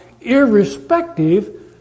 irrespective